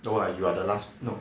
no lah you are the last